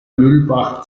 mühlbach